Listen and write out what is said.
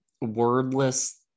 wordless